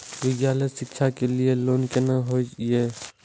विद्यालय शिक्षा के लिय लोन केना होय ये?